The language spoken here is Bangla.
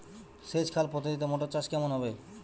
সেচ খাল পদ্ধতিতে মটর চাষ কেমন হবে?